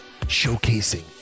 showcasing